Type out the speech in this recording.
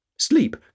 Sleep